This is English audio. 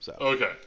Okay